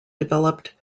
developed